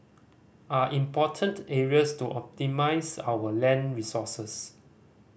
are important areas to optimise our land resources